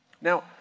Now